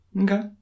okay